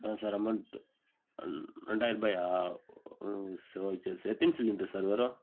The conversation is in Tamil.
சார் அமௌண்ட்டு ரெண்டாயர ரூபாயா ஓ சரி ஓகே சார் எத்தினை சிலிண்ட்ரு சார் வரும்